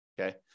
okay